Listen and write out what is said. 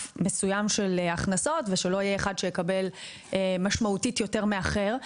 מסוים של הכנסות ושלא יהיה אחד שיקבל משמעותית יותר מאחר,